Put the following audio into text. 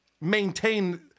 maintain